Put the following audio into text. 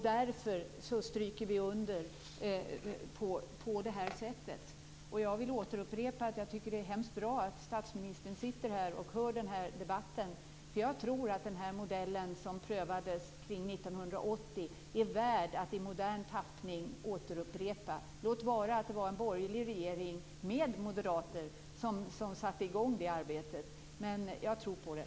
Därför stryker vi under på det här sättet. Jag vill upprepa att jag tycker att det är bra att statsministern sitter här i kammaren och hör den här debatten. Jag tror att den modell som prövades omkring 1980 är värd att i modern tappning upprepas. Låt vara att det var en borgerlig regering med Moderaterna som satte i gång det arbetet. Men jag tror på det.